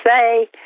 say